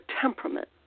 temperament